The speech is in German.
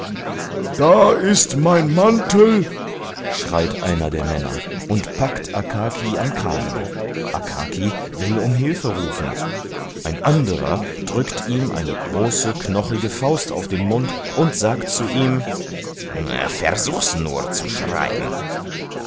da ist mein mantel schreit einer der männer und packt akaki am kragen akaki will um hilfe rufen ein anderer drückt ihm eine große knochige faust auf den mund und sagt zu ihm versuch's nur zu schreien